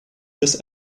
this